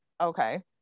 okay